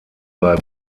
bei